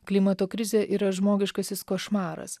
klimato krizė yra žmogiškasis košmaras